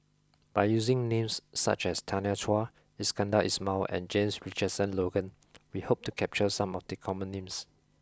by using names such as Tanya Chua Iskandar Ismail and James Richardson Logan we hope to capture some of the common names